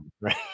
right